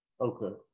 okay